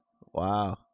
Wow